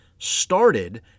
started